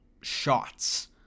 shots